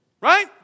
Right